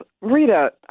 Rita